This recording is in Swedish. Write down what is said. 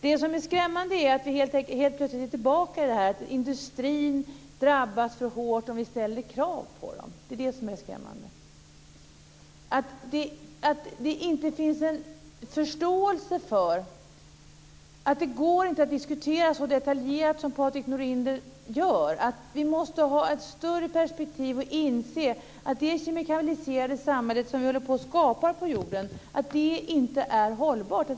Det som är skrämmande är att vi helt plötsligt är tillbaka i att industrin skulle drabbas så hårt, om vi ställer krav på den och att man inte förstår att det inte går att diskutera så detaljerat som Patrik Norinder gör. Vi måste ha ett större perspektiv och inse att det kemikaliserade samhälle som vi håller på att skapa på jorden inte är hållbart.